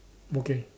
okay